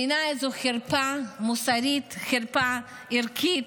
בעיניי זו חרפה מוסרית, חרפה ערכית,